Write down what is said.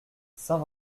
saint